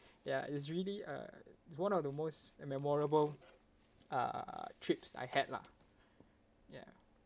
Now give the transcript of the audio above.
ya it's really uh one of the most memorable uh trips I had lah ya